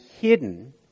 hidden